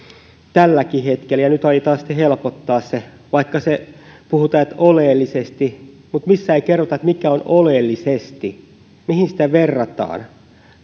tälläkin hetkellä ja nyt aiotaan sitten helpottaa sitä vaikka puhutaan että oleellisesti niin missään ei kerrota mikä on oleellisesti mihin sitä verrataan